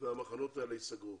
והמחנות האלה ייסגרו.